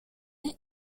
nid